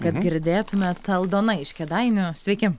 kad girdėtumėt aldona iš kėdainių sveiki